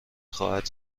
خواهد